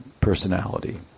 Personality